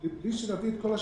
מבלי שנביא את כל השאר,